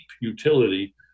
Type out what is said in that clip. utility